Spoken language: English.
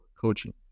coaching